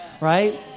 right